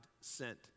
sent